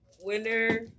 winner